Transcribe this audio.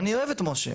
אני אוהב את משה,